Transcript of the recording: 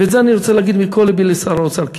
ואת זה אני רוצה להגיד מכל לבי לשר האוצר.